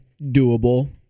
doable –